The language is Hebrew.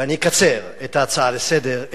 ואני אקצר את ההצעה לסדר,